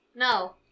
No